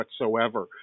whatsoever